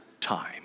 time